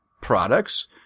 products